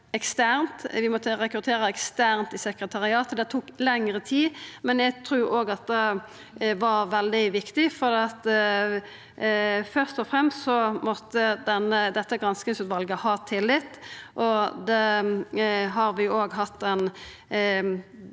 Vi måtte rekruttera eksternt i sekretariatet, og det tok lengre tid. Men eg trur òg at det var veldig viktig, for først og fremst måtte dette granskingsutvalet ha tillit.